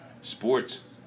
Sports